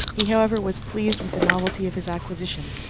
he, however, was pleased with the novelty of his acquisition,